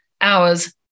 hours